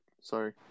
Sorry